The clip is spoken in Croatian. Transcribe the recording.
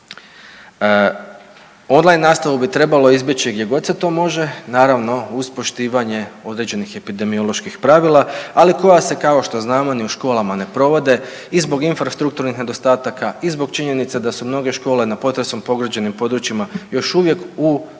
line nastavu bi trebalo izbjeći gdje god se to može, naravno uz poštivanje određenih epidemioloških pravila, ali koja se kao što znamo ni u školama ne provode i zbog infrastrukturnih nedostataka i zbog činjenice da su mnoge škole na potresom pogođenih područjima još uvijek u